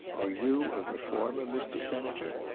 are you a reformer, mr. senator?